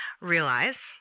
Realize